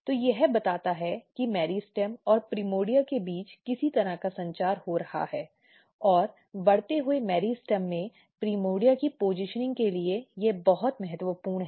तो यह बताता है कि मेरिस्टेम और प्रिमोर्डिया के बीच किसी तरह का संचार हो रहा है और बढ़ते हुए मेरिस्टेम में प्राइमोर्डिया की पज़िशनिंग के लिए यह बहुत महत्वपूर्ण है